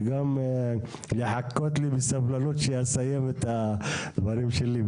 וגם לחכות לי בסבלנות שאסיים את הדברים שלי.